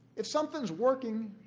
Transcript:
if something is working,